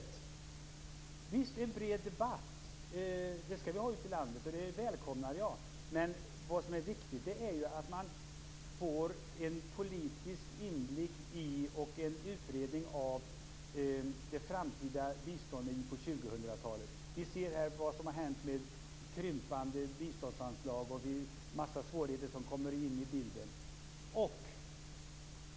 Visst skall vi ha en bred debatt ute i landet. Det välkomnar jag. Men det är viktigt att man får en politisk inblick i och en utredning av det framtida biståndet in på 2000-talet. Vi ser här vad som har hänt med krympande biståndsanslag och en mängd svårigheter som kommit in i bilden.